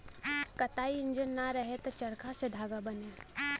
कताई इंजन ना रहल त चरखा से धागा बने